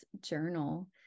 journal